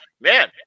man